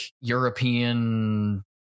European